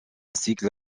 cycle